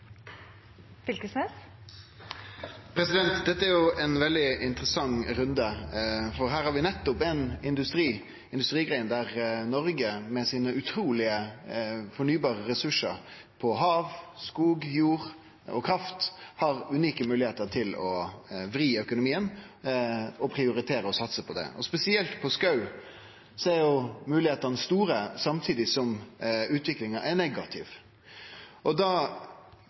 Dette er ein veldig interessant runde, for her har vi nettopp ei industrigrein der Noreg med sine utrulege fornybare ressursar – hav, skog, jord og kraft – har unike moglegheiter til å vri økonomien og prioritere å satse på det. Spesielt når det gjeld skog, er moglegheitene store, samtidig som utviklinga er negativ.